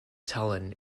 tallinn